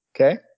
Okay